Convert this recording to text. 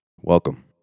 Welcome